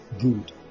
Good